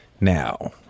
now